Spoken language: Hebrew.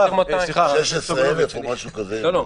16,000 או משהו כזה.